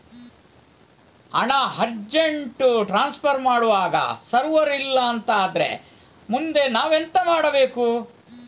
ಹಣ urgent transfer ಮಾಡ್ವಾಗ server ಇಲ್ಲಾಂತ ಆದ್ರೆ ಮುಂದೆ ನಾವೆಂತ ಮಾಡ್ಬೇಕು?